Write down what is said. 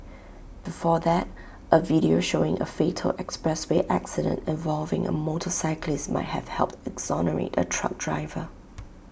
before that A video showing A fatal expressway accident involving A motorcyclist might have helped exonerate A truck driver